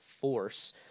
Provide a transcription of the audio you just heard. force